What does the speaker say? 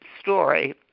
story